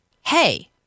Hey